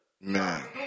Man